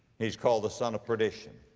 he's called the son of perdition.